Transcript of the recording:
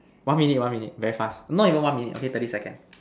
one minute one minute very fast not even one minute okay thirty second